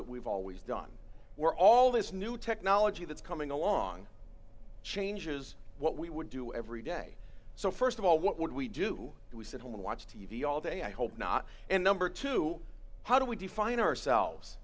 that we've always done where all this new technology that's coming along changes what we would do every day so st of all what would we do do we sit home and watch t v all day i hope not and number two how do we define ourselves